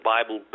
Bible